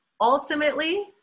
ultimately